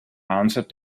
answered